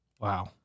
Wow